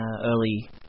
early